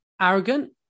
arrogant